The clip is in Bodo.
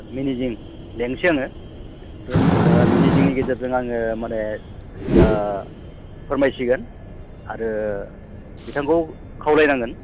मेनेजिं लिंनोसै आङो बे मेनेजिंनि गेजेरजों आङो माने फोरमायसिगोन आरो बिथांखौ खावलायनांगोन